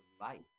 life